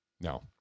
No